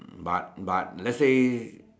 but but let's say